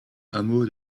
hameau